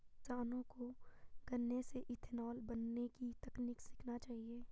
किसानों को गन्ने से इथेनॉल बनने की तकनीक सीखना चाहिए